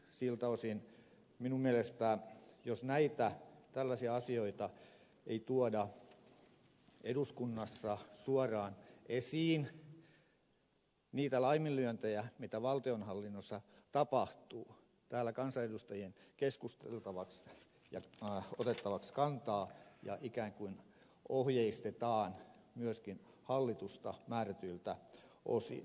siltä osin minun mielestäni on hämmästyttävää jos näitä tällaisia asioita ei tuoda eduskunnassa suoraan esiin niitä laiminlyöntejä mitä valtionhallinnossa tapahtuu täällä kansanedustajien keskusteltavaksi ja otettavaksi kantaa ja ikään kuin ohjeisteta myöskin hallitusta määrätyiltä osin